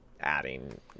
adding